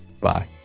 bye